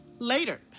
Later